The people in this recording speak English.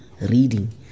reading